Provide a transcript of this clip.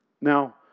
Now